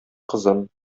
кызын